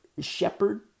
shepherd